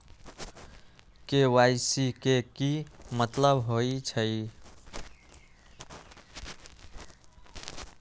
KYC के कि मतलब होइछइ?